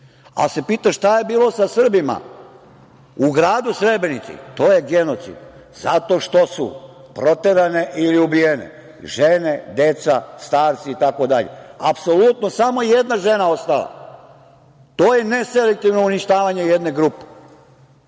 se šta je bilo sa Srbima u gradu Srebrenici? To je genocid zato što su proterane ili ubijene žene, deca, starci itd. Apsolutno samo jedna žena je ostala. To je neselektivno uništavanje jedne grupe